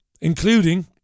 including